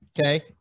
okay